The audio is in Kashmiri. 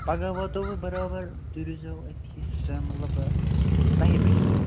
پَگاہ واتہو بہٕ برابر تُہۍ روٗزۍ زیٚو أتۍتھٕسے مَطلَب بَہہِ بَجہِ